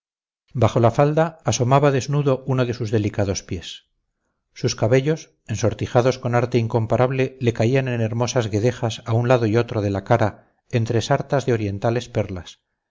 bajo la falda asomaba desnudo uno de sus delicados pies sus cabellos ensortijados con arte incomparable le caían en hermosas guedejas a un lado y otro de la cara entre sartas de orientales perlas